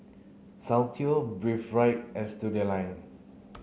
Soundteoh Breathe Right and Studioline